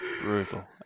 Brutal